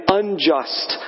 unjust